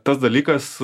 tas dalykas